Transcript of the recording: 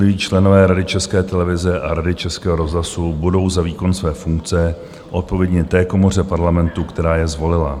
Jednotliví členové Rady České televize a Rady Českého rozhlasu budou za výkon své funkce odpovědní té komoře Parlamentu, která je zvolila.